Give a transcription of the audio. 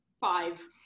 five